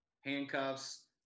handcuffs